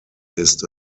ist